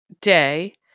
day